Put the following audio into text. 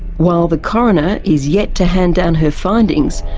while the coroner is yet to hand down her findings,